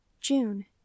June